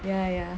ya ya